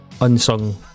unsung